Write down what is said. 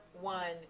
one